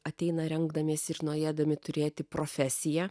ateina rengdamiesi ir norėdami turėti profesiją